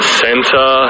center